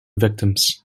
victims